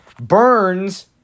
Burns